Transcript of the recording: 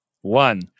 one